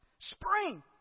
Spring